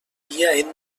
dia